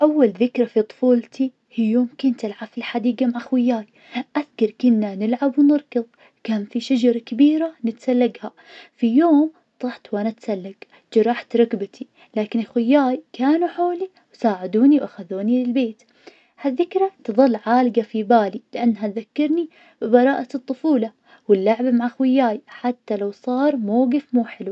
أول ذكرى في طفولتي, هي يوم كنت العب في الحديقة مع خوياي, أذكر كنا نلعب ونركض, كان في شجرة كبيرة نتسلقها, في يوم طحت وانا اتسلق, جرحت ركبتي, لكن اخوياي كانوا حولي وساعدوني وأخذوني للبيت, هالذكرى تظل عالقة في بالي, لأنها تذكرني ببراءة الطفولة, واللعب مع خوياي, حتى لو صار موقف مو حلو.